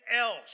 else